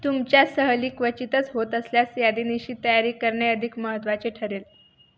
तुमच्या सहली क्वचितच होत असल्यास यादीनिशी तयारी करणे अधिक महत्त्वाचे ठरेल